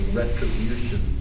retribution